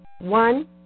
One